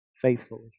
faithfully